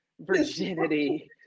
Virginity